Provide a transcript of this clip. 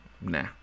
Nah